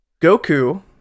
Goku